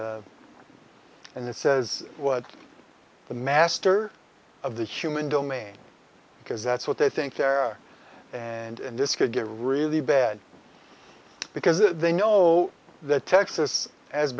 and and it says what the master of the human domain because that's what they think they're and this could get really bad because they know that texas has